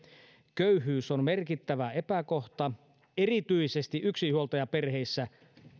köyhyys on merkittävä epäkohta erityisesti yksinhuoltajaperheissä